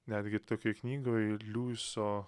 netgi kai knygoj liuiso